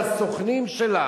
מהסוכנים שלה.